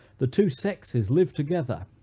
the two sexes live together,